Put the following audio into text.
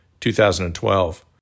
2012